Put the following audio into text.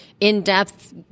in-depth